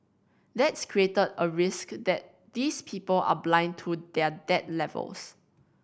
that's created a risk that these people are blind to their debt levels